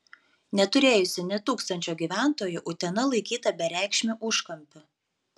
neturėjusi nė tūkstančio gyventojų utena laikyta bereikšmiu užkampiu